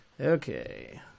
Okay